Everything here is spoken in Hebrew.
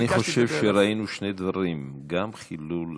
אני חושב שראינו שני דברים: גם חילול הכנסת,